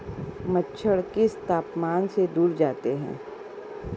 मच्छर किस तापमान से दूर जाते हैं?